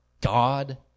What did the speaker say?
God